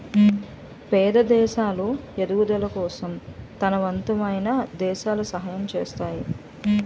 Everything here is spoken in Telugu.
పేద దేశాలు ఎదుగుదల కోసం తనవంతమైన దేశాలు సహాయం చేస్తాయి